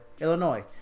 Illinois